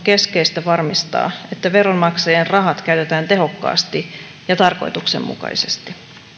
keskeistä varmistaa että veronmaksajien rahat käytetään tehokkaasti ja tarkoituksenmukaisesti